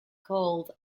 called